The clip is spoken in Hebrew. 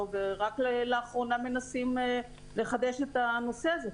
ורק לאחרונה מנסים לחדש את הנושא הזה,